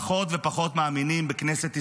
פחות ופחות מאמינים בכנסת ישראל,